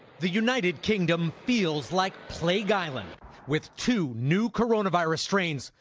the united kingdom feels like plague island with two new coronavirus strains.